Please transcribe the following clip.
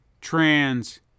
trans